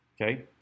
Okay